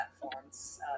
platforms